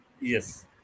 Yes